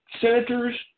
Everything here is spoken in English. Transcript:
senators